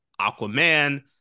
Aquaman